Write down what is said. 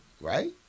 right